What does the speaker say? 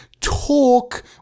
talk